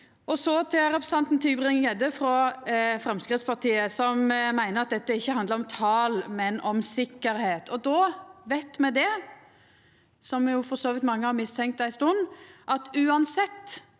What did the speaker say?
meg. Så til representanten Tybring-Gjedde frå Framstegspartiet, som meiner at dette ikkje handlar om tal, men om sikkerheit: Då veit me det, som for så vidt mange har mistenkt ei stund, at uansett